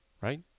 right